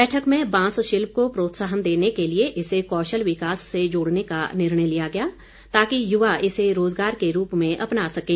बैठक में बांस शिल्प को प्रोत्साहन देने के लिए इसे कौशल विकास से जोड़ने का निर्णय लिया गया ताकि युवा इसे रोज़गार के रूप में अपना सकें